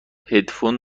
هدفون